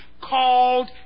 called